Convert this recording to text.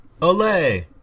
Olay